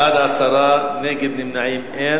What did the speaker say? בעד, 10, נגד ונמנעים, אין.